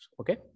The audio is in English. Okay